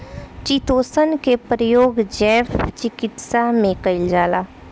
chitosan के प्रयोग जैव चिकित्सा में कईल जाला